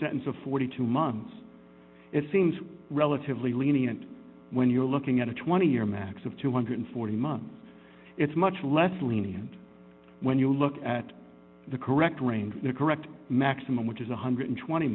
sentence of forty two months it seems relatively lenient when you're looking at a twenty year max of two hundred and forty months it's much less lenient when you look at the correct range the correct maximum which is one hundred and twenty